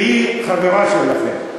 והיא חברה שלכם.